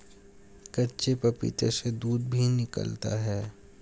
कच्चे पपीते से दूध भी निकलता है